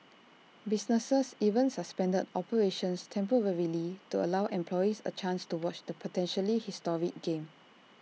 businesses even suspended operations temporarily to allow employees A chance to watch the potentially historic game